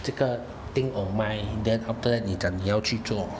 这个 thing online then after that 你讲你要去做